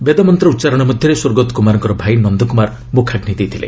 ବେଦମନ୍ତ ଉଚ୍ଚାରଣ ମଧ୍ୟରେ ସ୍ୱର୍ଗତ କୁମାରଙ୍କ ଭାଇ ନନ୍ଦ କ୍ରମାର ମ୍ରଖାଗୁୀ ଦେଇଥିଲେ